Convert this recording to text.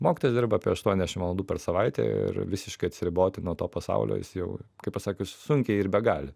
mokytojas dirba apie aštuoniasdešim valandų per savaitę ir visiškai atsiriboti nuo to pasaulio jis jau kaip pasakius sunkiai ir begali